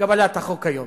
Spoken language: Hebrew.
קבלת החוק היום.